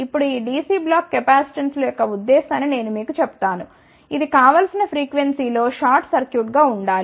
ఇప్పుడు ఈ DC block కెపాసిటెన్స్ల యొక్క ఉద్దేశ్యాన్ని నేను మీకు చెప్తాను ఇది కావలసిన ఫ్రీక్వెన్సీ లో షార్ట్ సర్క్యూట్గా ఉండాలి